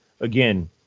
again